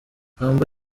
humble